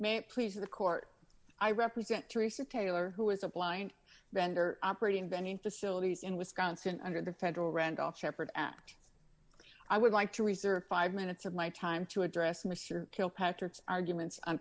it please the court i represent theresa taylor who was a blind vendor operating bending facilities in wisconsin under the federal randolph sheppard act i would like to reserve five minutes of my time to address mature kilpatrick's arguments on